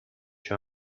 you